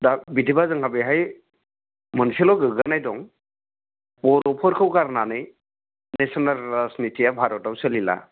दा बिदिबा जोंहा बेवहाय मोनसेल' गोग्गानाय दं बर'फोरखौ गारनानै नेसनेल राजनितिया भारताव सोलिला